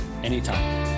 Anytime